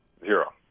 Zero